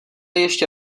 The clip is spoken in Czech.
ještě